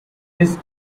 his